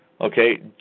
Okay